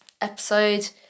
episode